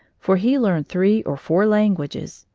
for he learned three or four languages,